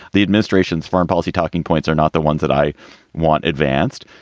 the administration's foreign policy talking points are not the ones that i want advanced.